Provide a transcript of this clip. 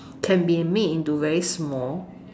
can be made into very small